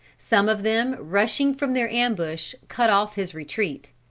some of them rushing from their ambush cut off his retreat.